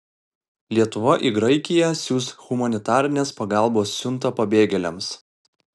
lietuva į graikiją siųs humanitarinės pagalbos siuntą pabėgėliams